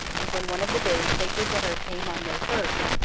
and when one of the days sacred to her came on may first,